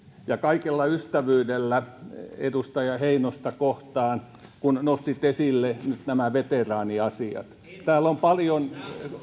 ja kaikella ystävyydellä edustaja heinosta kohtaan kun nostitte esille nyt nämä veteraaniasiat täällä on paljon